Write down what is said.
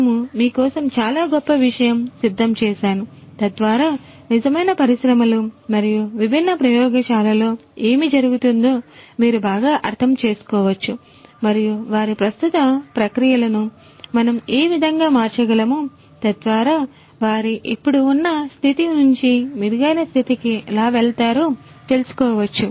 మేము మీ కోసం చాలా గొప్ప విషయము సిద్ధం చేశాను తద్వారా నిజమైన పరిశ్రమలు మరియు విభిన్న ప్రయోగశాలలలో ఏమి జరుగుతుందో మీరు బాగా అర్థం చేసుకోవచ్చు మరియు వారి ప్రస్తుత ప్రక్రియలను మనము ఏ విధముగా మార్చగలమొ తద్వారా వారి ఇప్పుడు ఉన్న స్థితి నుంచి మెరుగైన స్థితికి ఎలా వెళ్తారు తెలుసుకోవచ్చు